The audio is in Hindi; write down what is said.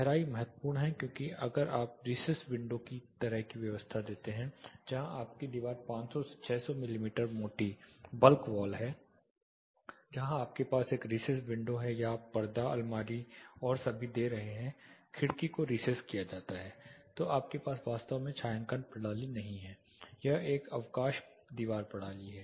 गहराई महत्वपूर्ण है क्योंकि अगर आप रिसेस विंडो की तरह की व्यवस्था देते हैं जहाँ आपकी दीवार 500 600 मिमी मोटी वॉल है जहां आपके पास एक रिसेस विंडो है या आप पर्दा अलमारी और सभी दे रहे हैं खिड़की को रिसेस किया गया है तो आपके पास वास्तव में छायांकन प्रणाली नहीं है यह एक अवकाश दीवार प्रणाली है